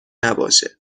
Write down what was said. نباشه